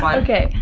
um okay.